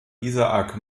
isaak